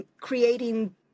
creating